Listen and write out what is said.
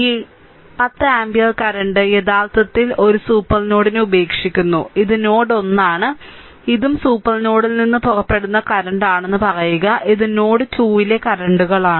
ഈ 10 ampere current യഥാർത്ഥത്തിൽ ഇത് സൂപ്പർ നോഡിനെ ഉപേക്ഷിക്കുന്നു ഇത് നോഡ് 1 ആണ് ഇതും സൂപ്പർ നോഡിൽ നിന്ന് പുറപ്പെടുന്ന കറന്റ് ആണെന്ന് പറയുക ഇത് നോഡ് 2 ലെ കറന്റുകളാണ്